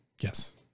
yes